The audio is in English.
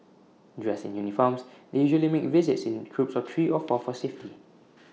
dressed in uniforms they usually make visits in groups of three of four for safety